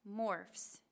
morphs